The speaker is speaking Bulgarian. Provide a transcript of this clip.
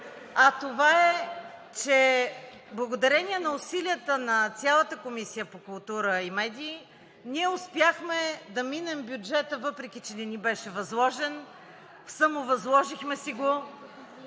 а това е, че благодарение на усилията на цялата Комисия по културата и медиите ние успяхме да минем бюджета, въпреки че не ни беше възложен, самовъзложихме си го